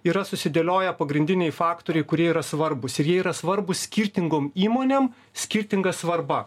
yra susidėlioję pagrindiniai faktoriai kurie yra svarbūs ir jie yra svarbūs skirtingom įmonėm skirtinga svarba